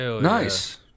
Nice